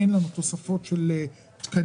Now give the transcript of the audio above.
אין לנו תוספות של תקנים,